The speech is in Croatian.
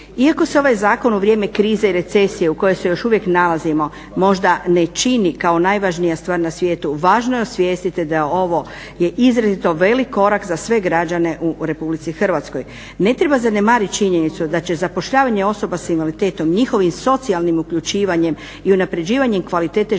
Iako se ovaj zakon u vrijeme krize i recesije u kojoj se još uvijek nalazimo možda ne čini kao najvažnija stvar na svijetu važno je osvijestiti da je ovo je izrazito velik korak za sve građane u RH. Ne treba zanemariti činjenicu da će zapošljavanje osoba s invaliditetom njihovim socijalnim uključivanjem i unapređivanjem kvalitete života